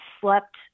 slept